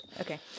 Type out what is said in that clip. Okay